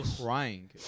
crying